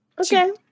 Okay